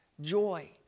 Joy